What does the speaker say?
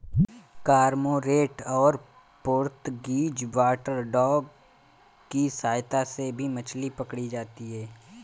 cormorant और Portuguese water dog की सहायता से भी मछली पकड़ी जाती है